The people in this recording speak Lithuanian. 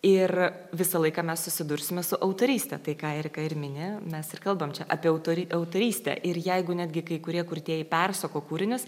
ir visą laiką mes susidursime su autoryste tai ką erika ir mini mes ir kalbam čia apie autori autorystę ir jeigu netgi kai kurie kurtieji persako kūrinius